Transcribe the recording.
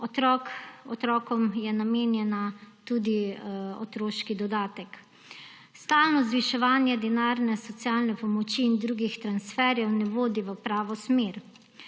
pomoč. Otrokom je namenjen tudi otroški dodatek. Stalno zviševanje denarne socialne pomoči in drugih transferjev ne vodi v pravo smer.